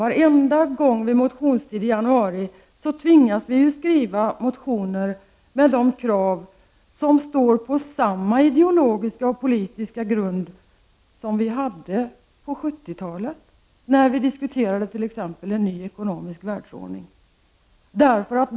Vartenda år vid motionstid i januari tvingas vi skriva motioner med de krav som står på samma ideologiska och politiska grund som vi hade på 1970-talet, när vi diskuterade t.ex. en ny ekonomisk världsordning.